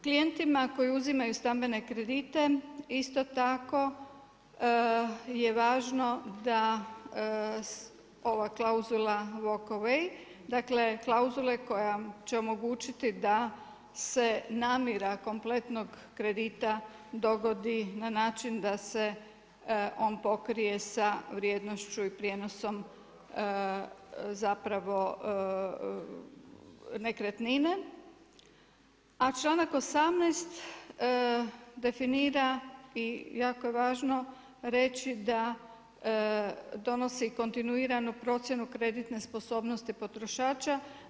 Klijentima koji uzimaju stambene kredite, isto tako je važno da ova klauzula walk away, dakle klauzule koja će omogućiti da se namira kompletnog kredita dogodi na način da se on pokrije sa vrijednošću i prijenosom zapravo nekretnine, a čl.18. definira i jako je važno reći da donosi kontinuiranu procjenu kreditne sposobnosti potrošača.